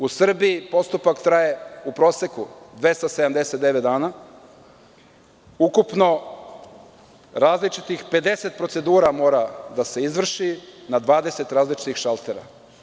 U Srbiji postupak traje u proseku 279 dana, ukupno različitih 50 procedura mora da se izvrši na 20 različitih šaltera.